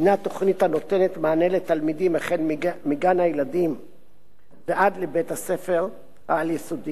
שהיא תוכנית הנותנת מענה לתלמידים מגיל גן ועד לבית-הספר העל-יסודי,